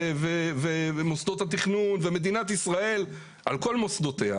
של מוסדות התכנון ומדינת ישראל על כל מוסדותיה